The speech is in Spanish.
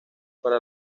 para